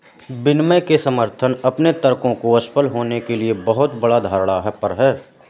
विनियमन के समर्थक अपने तर्कों को असफल होने के लिए बहुत बड़ा धारणा पर हैं